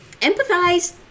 empathize